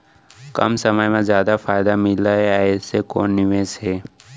कम समय मा जादा फायदा मिलए ऐसे कोन निवेश हे?